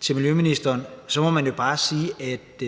til miljøministeren, må man jo bare sige, at